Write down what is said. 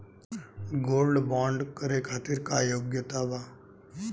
Gold bond करे खातिर का योग्यता बा?